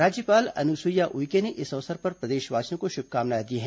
राज्यपाल अनुसुईया उइके ने इस अवसर पर प्रदेशवासियों को शुभकामनाएं दी हैं